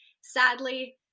sadly